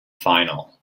final